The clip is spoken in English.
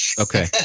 okay